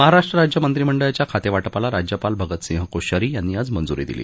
महाराष्ट्र राज्य मंत्रीमंडळाच्या खातेवा पाला राज्यपाल भगतसिंग कोश्यारी यांनी आज मंजुरी दिली